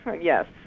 yes